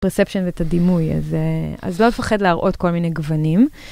פרספצ'ן זה את הדימוי הזה, אז לא לפחד להראות כל מיני גוונים.